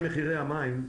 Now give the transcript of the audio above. סוגיית מחירי המים: